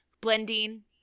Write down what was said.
blending